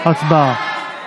הצבעה.